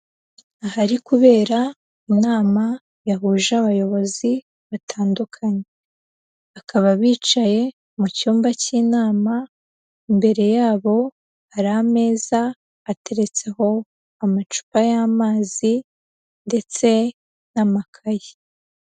Ahari kubera inama yahuje abayobozi batandukanye, bakaba bicaye mu cyumba cy'inama, imbere yabo hari ameza ateretseho amacupa y'amazi, ndetse n'amakaye.